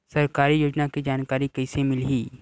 सरकारी योजना के जानकारी कइसे मिलही?